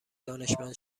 دانشمند